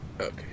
Okay